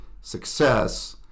success –